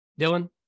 Dylan